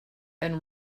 and